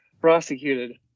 prosecuted